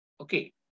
Okay